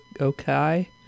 Okay